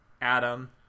Adam